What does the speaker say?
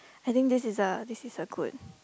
I think this is a this is a good